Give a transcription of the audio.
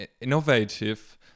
innovative